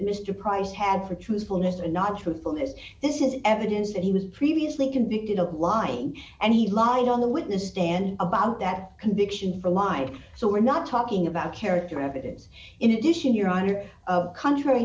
mr price had for truthfulness and not truthful has this is evidence that he was previously convicted of lying and he lied on the witness stand about that conviction for a lie so we're not talking about character evidence in addition your honor contrary